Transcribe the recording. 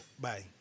Bye